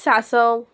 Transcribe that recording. सांसंव